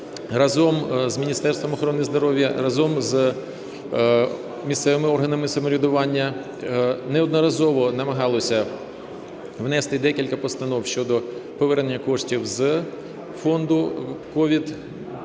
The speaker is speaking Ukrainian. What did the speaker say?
разом з Міністерством охорони здоров'я, разом з місцевими органами самоврядування неодноразово намагалося внести декілька постанов щодо повернення коштів з фонду COVID-2019.